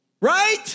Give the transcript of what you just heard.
Right